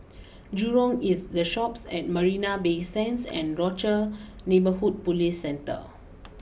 Jurong East the Shoppes at Marina Bay Sands and Rochor neighborhood police Centre